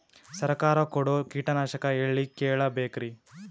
ಸರಕಾರ ಕೊಡೋ ಕೀಟನಾಶಕ ಎಳ್ಳಿ ಕೇಳ ಬೇಕರಿ?